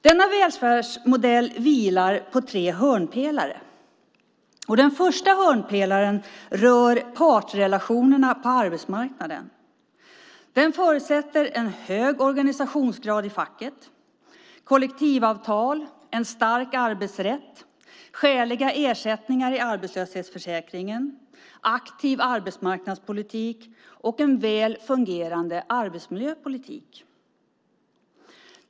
Denna modell vilar på tre hörnpelare. Den första hörnpelaren rör partrelationerna på arbetsmarknaden. Den förutsätter en hög organisationsgrad i facket, kollektivavtal, en stark arbetsrätt, skäliga ersättningar i arbetslöshetsförsäkringen, aktiv arbetsmarknadspolitik och en väl fungerande arbetsmiljöpolitik.